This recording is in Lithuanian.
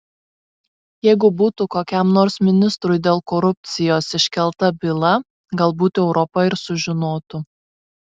jeigu būtų kokiam nors ministrui dėl korupcijos iškelta byla galbūt europa ir sužinotų